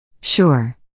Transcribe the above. Sure